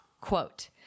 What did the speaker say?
quote